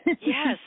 Yes